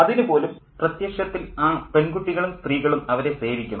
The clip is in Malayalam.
അതിനു പോലും പ്രത്യക്ഷത്തിൽ ആ പെൺകുട്ടികളും സ്ത്രീകളും അവരെ സേവിക്കണം